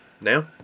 now